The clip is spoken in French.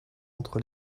entre